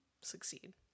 succeed